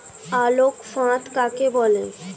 আলোক ফাঁদ কাকে বলে?